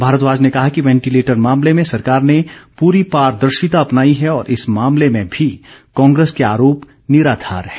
भारद्दाज ने कहा कि वेंटिलेटर मामले में सरकार ने पूरी पारदर्शिता अपनाई है और इस मामले में भी कांग्रेस के आरोप निराधार है